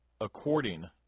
according